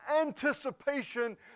anticipation